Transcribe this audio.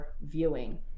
viewing